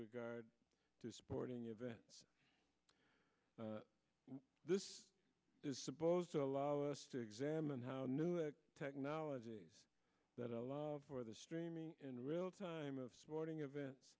regard to sporting event this is supposed to allow us to examine the new technologies that allow for the streaming in real time of sporting events